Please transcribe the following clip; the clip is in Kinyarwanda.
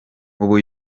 ubu